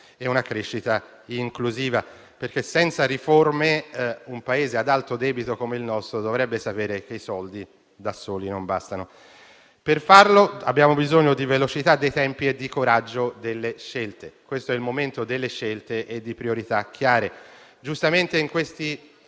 e una crescita inclusiva, perché un Paese ad alto debito come il nostro dovrebbe sapere che senza riforme i soldi da soli non bastano. Per farlo abbiamo bisogno di velocità dei tempi e di coraggio delle scelte. Questo è il momento delle scelte e di priorità chiare. Giustamente, in questi